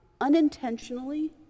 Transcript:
unintentionally